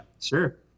sure